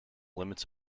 limits